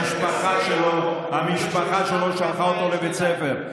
המשפחה שלו שלחה אותו לבית ספר,